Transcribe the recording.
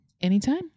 Anytime